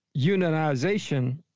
unionization